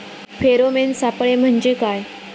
Pheromone सापळे म्हंजे काय?